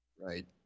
Right